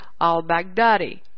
al-Baghdadi